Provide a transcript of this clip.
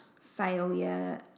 failure